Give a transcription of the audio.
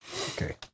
Okay